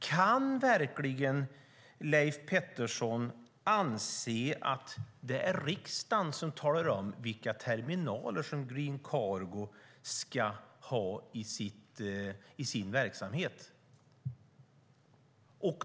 Kan Leif Pettersson verkligen anse att det är riksdagen som talar om vilka terminaler Green Cargo ska ha i sin verksamhet?